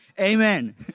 Amen